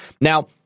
Now